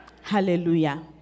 Hallelujah